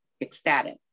ecstatic